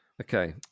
Okay